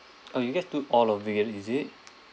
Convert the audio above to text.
uh you get to all of it is it